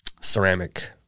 ceramic